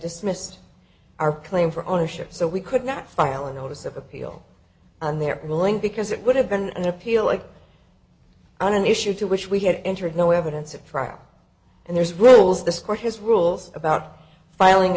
dismissed our claim for ownership so we could not file a notice of appeal on their ruling because it would have been an appeal like on an issue to which we had entered no evidence of trial and there's rules the score his rules about filing